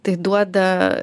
tai duoda